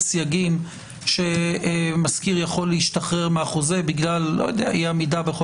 סייגים שמשכיר יכול להשתחרר מהחוזה בגלל אי עמידה בו?